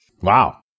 Wow